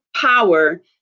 power